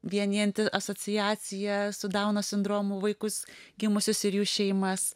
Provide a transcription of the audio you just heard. vienijanti asociacija su dauno sindromu vaikus gimusius ir jų šeimas